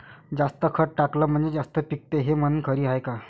जास्त खत टाकलं म्हनजे जास्त पिकते हे म्हन खरी हाये का?